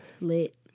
Lit